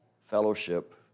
fellowship